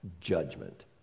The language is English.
judgment